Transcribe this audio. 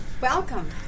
Welcome